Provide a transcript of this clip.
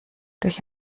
durch